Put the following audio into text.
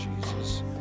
Jesus